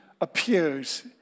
appears